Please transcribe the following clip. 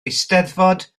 eisteddfod